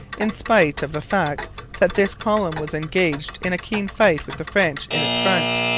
in spite of the fact that this column was engaged in a keen fight with the french in its front,